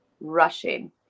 rushing